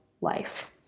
life